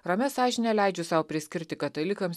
ramia sąžine leidžiu sau priskirti katalikams